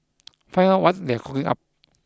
find out what they are cooking up